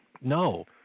No